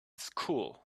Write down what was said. school